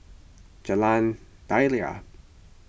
Jalan Daliah